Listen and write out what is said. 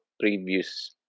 previous